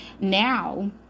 Now